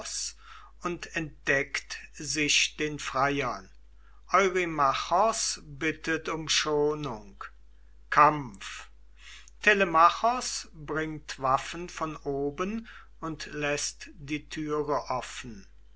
und entdeckt sich den freiern eurymachos bittet um schonung kampf telemachos bringt waffen von oben und läßt die türe offen